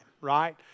right